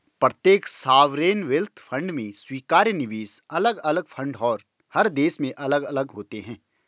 प्रत्येक sovereign wealth fund में स्वीकार्य निवेश अलग अलग फंड और हर देश में अलग अलग होते हैं